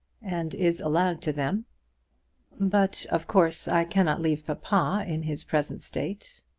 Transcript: and is allowed to them but, of course, i cannot leave papa in his present state.